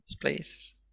please